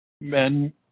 men